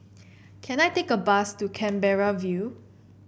can I take a bus to Canberra View